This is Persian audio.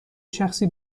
شخصی